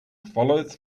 follows